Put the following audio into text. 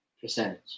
Percentage